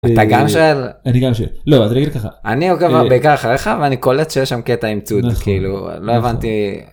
אתה גם שואל, אני גם שואל לא אז אני אגיד לך ככה, לא אני עוקב אחריך ואני קולט שיש שם קטע עם צוד כאילו לא הבנתי.